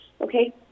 Okay